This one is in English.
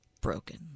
broken